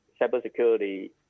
cybersecurity